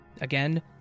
Again